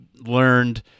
learned